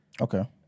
Okay